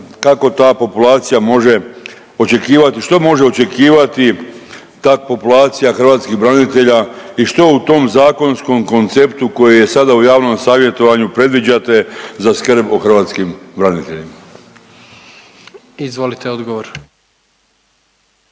kako ta populacija može očekivati, što može očekivati ta populacija hrvatskih branitelja i što u tom zakonskom konceptu koji je sada u javnom savjetovanju predviđate za skrb o hrvatskim braniteljima. **Jandroković,